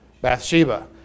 Bathsheba